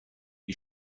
die